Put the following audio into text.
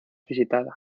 visitada